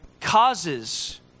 causes